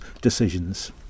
decisions